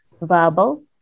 verbal